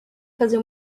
fazer